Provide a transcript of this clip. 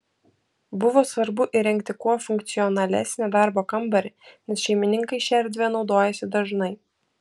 buvo svarbu įrengti kuo funkcionalesnį darbo kambarį nes šeimininkai šia erdve naudojasi dažnai